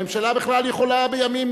הממשלה בכלל יכולה בימים,